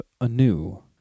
anew